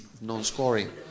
non-scoring